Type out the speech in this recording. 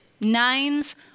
Nines